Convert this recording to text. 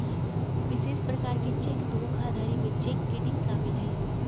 विशेष प्रकार के चेक धोखाधड़ी में चेक किटिंग शामिल हइ